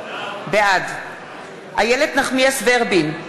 בעד איילת נחמיאס ורבין,